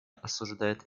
осуждает